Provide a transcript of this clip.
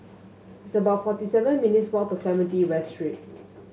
it's about forty seven minutes' walk to Clementi West Street